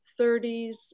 30s